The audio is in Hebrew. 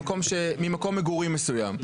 ממקום מגורים מסוים.